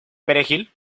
perejil